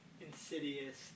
Insidious